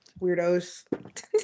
weirdos